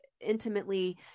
intimately